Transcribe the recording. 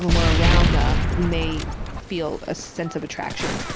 we're around them we may feel a sense of attraction.